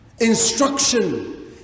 instruction